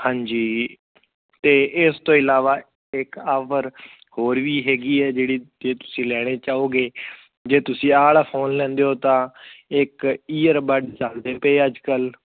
ਹਾਂਜੀ ਅਤੇ ਇਸ ਤੋਂ ਇਲਾਵਾ ਇੱਕ ਆਵਰ ਹੋਰ ਵੀ ਹੈਗੀ ਹੈ ਜਿਹੜੀ ਜੇ ਤੁਸੀਂ ਲੈਣੇ ਚਾਹੋਗੇ ਜੇ ਤੁਸੀਂ ਆਹ ਵਾਲਾ ਫੋਨ ਲੈਂਦੇ ਹੋ ਤਾਂ ਇੱਕ ਈਅਰਬਡ ਚੱਲਦੇ ਪਏ ਅੱਜ ਕੱਲ੍ਹ